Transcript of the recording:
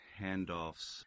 handoffs